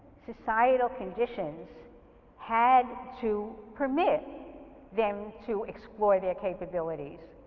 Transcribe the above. societal conditions had to permit them to explore their capabilities,